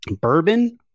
bourbon